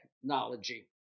technology